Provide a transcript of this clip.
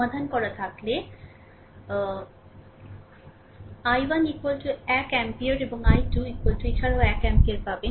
সমাধান করা থাকলে I1 এক অ্যাম্পিয়ার এবং I2 এছাড়াও 1 অ্যাম্পিয়ার পাবেন